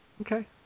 Okay